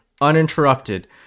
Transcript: uninterrupted